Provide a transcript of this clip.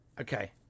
Okay